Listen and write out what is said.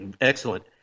Excellent